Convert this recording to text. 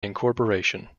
incorporation